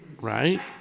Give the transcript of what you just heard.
right